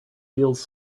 feels